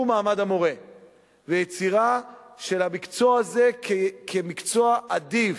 מעמד המורה ויצירה של המקצוע הזה כמקצוע עדיף,